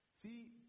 See